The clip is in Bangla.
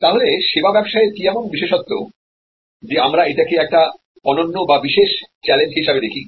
তাহলে পরিষেবা ব্যবসায়ের কি এমন বিশেষত্ব যে আমরা এটাকে একটা অনন্য বা বিশেষ চ্যালেঞ্জ হিসাবে দেখি